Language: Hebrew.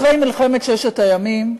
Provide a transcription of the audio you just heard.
אחרי מלחמת ששת הימים,